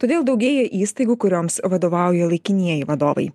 todėl daugėja įstaigų kurioms vadovauja laikinieji vadovai